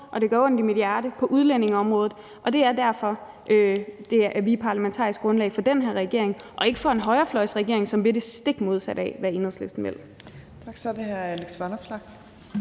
og det gør ondt i mit hjerte – på udlændingeområdet, og det er derfor, vi er parlamentarisk grundlag for den her regering og ikke for en højrefløjsregering, som vil det stik modsatte af, hvad Enhedslisten vil.